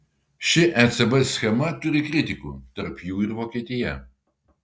ši ecb schema turi kritikų tarp jų ir vokietija